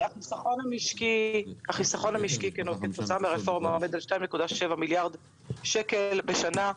החיסכון המשקי כתוצאה מהרפורמה עומד על 2.7 מיליארד שקל בשנה.